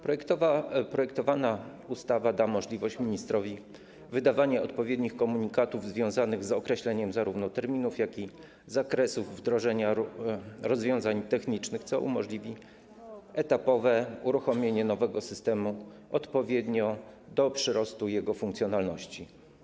Projektowana ustawa da ministrowi możliwość wydawania odpowiednich komunikatów związanych z określeniem zarówno terminów, jak i zakresów wdrożenia rozwiązań technicznych, co umożliwi etapowe uruchomienie nowego systemu odpowiednio do przyrostu jego funkcjonalności.